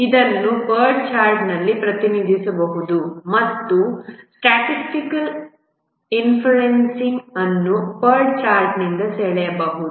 ಇದನ್ನು PERT ಚಾರ್ಟ್ನಲ್ಲಿ ಪ್ರತಿನಿಧಿಸಬಹುದು ಮತ್ತು ಸ್ಟ್ಯಾಟಿಸ್ಟಿಕಲ್ ಇನ್ಫರೆನ್ಸಿನ್ಗ್ ಅನ್ನು PERT ಚಾರ್ಟ್ನಿಂದ ಸೆಳೆಯಬಹುದು